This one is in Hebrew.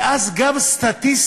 ואז גם סטטיסטית,